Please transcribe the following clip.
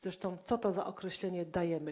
Zresztą co to za określenie: dajemy?